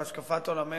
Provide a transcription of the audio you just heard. בהשקפת עולמנו,